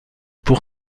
pour